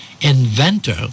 inventor